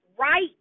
right